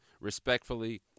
respectfully